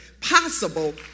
possible